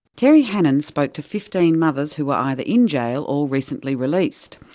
terry hannon spoke to fifteen mothers who were either in jail, or recently released.